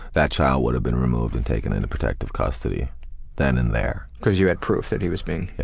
that child would have been removed and taken into protective custody then and there. cause you had proof that he was being